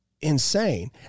insane